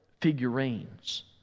figurines